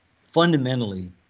fundamentally